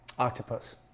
Octopus